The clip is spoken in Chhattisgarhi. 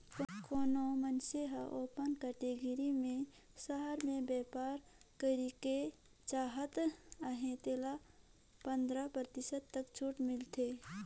कोनो मइनसे हर ओपन कटेगरी में सहर में बयपार करेक चाहत अहे तेला पंदरा परतिसत तक छूट मिलथे